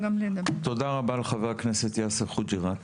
תודה רבה לך חבר הכנסת יאסר חוג׳יראת.